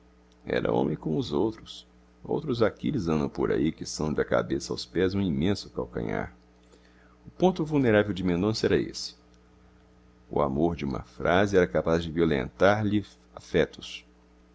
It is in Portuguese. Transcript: era homem como os outros outros aquiles andam por aí que são da cabeça aos pés um imenso calcanhar o ponto vulnerável de mendonça era esse o amor de uma frase era capaz de violentar lhe afetos